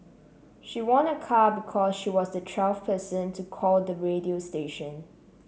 she won a car because she was the twelfth person to call the radio station